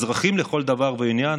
אזרחים לכל דבר ועניין,